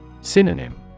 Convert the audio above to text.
Synonym